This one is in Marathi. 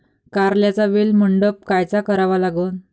कारल्याचा वेल मंडप कायचा करावा लागन?